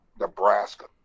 Nebraska